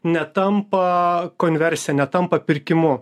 netampa konversija netampa pirkimu